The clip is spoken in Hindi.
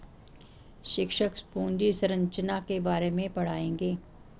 शिक्षक पूंजी संरचना के बारे में पढ़ाएंगे